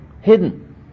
hidden